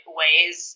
ways